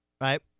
right